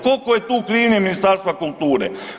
Koliko je tu krivnje Ministarstva kulture?